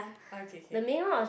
okay K